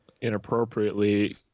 inappropriately